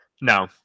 No